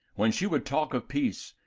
when she would talk of peace,